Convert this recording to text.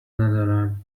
ندارم